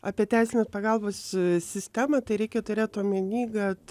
apie teisinės pagalbos sistemą tai reikia turėt omeny kad